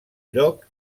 lloc